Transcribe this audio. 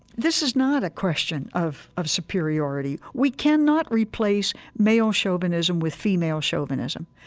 this is not a question of of superiority. we cannot replace male chauvinism with female chauvinism.